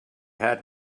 had